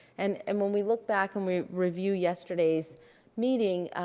and and when we look back, and we review yesterday's meeting,